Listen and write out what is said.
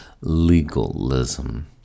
Legalism